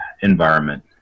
environment